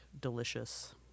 delicious